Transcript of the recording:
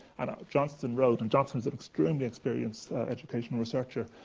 and johnstone wrote, and johnstone is an extremely experienced educational researcher,